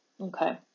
Okay